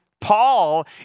Paul